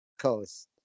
coast